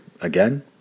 again